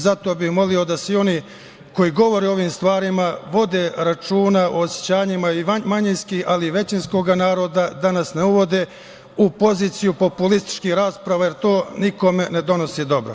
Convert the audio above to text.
Zato bih molio da svi oni koji govore o ovim stvarima vode računa o osećanjima i manjinskih, ali i većinskog naroda, da nas ne uvode u poziciju populističkih rasprava jer to nikome ne donosi dobro.